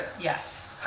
Yes